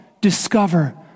discover